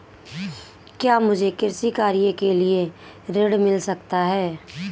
क्या मुझे कृषि कार्य के लिए ऋण मिल सकता है?